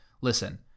listen